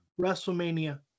WrestleMania